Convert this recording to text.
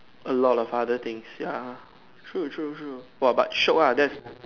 a lot of other things ya true true true !wah! but shiok lah that's